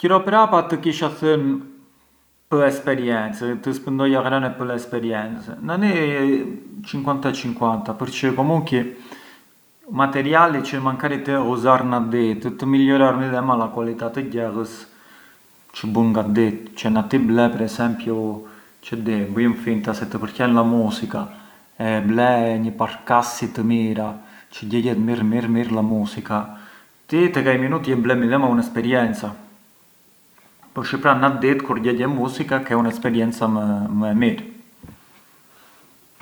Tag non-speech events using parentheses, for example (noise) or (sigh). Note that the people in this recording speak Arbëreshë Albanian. E prëmtia, tek e prëmtia zë fill fundi i javës, zë fill qëroi i nishutavet, një mënd danj mbrënvenit (unintelligible) me miqt, shihet me miqt, bun tardu, mjidhet ai tri e menca te notata.